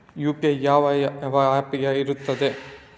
UPI ಯಾವ ಯಾವ app ಗೆ ಇರ್ತದೆ?